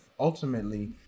Ultimately